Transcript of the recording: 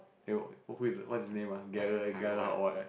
then what who is the what's his name ah